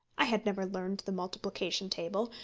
i had never learned the multiplication table,